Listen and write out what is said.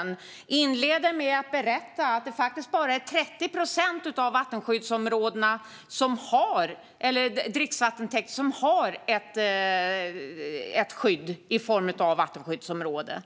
Hon inleder med att berätta att det bara är 30 procent av dricksvattentäkterna som har ett skydd i form av vattenskyddsområde.